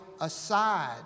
aside